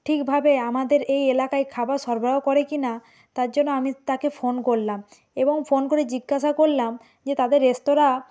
ঠিকভাবে আমাদের এই এলাকায় খাবার সরবরাহ করে কি না তার জন্য আমি তাকে ফোন করলাম এবং ফোন করে জিজ্ঞাসা করলাম যে তাদের রেস্তোরাঁ